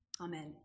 Amen